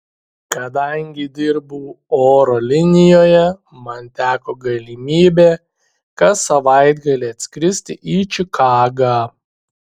kadangi dirbau oro linijoje man teko galimybė kas savaitgalį atskristi į čikagą